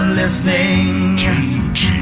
listening